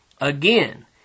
Again